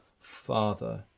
Father